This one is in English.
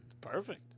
perfect